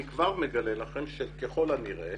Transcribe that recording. אני כבר מגלה לכם שככל הנראה